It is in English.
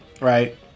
right